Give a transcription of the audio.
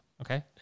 Okay